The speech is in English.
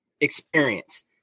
experience